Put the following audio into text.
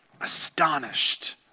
astonished